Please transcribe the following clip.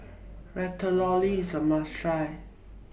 Ratatouille IS A must Try